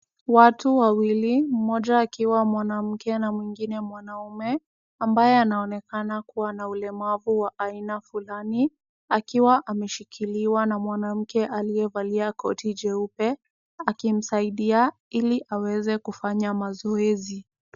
Watu wawili, mmoja akiwa mwanamke na mwingine mwanaume, ambaye anaonekana kuwa na ulemavu wa aina fulani, akiwa ameshikiliwa na mwanamke aliyevalia koti jeupe, akimsaidia ili aweze kufanya mazoezi.